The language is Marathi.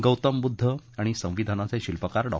गौतम बुद्ध आणि संविधानाचे शिल्पकार डॉ